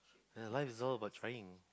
ya life is all about trying